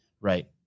Right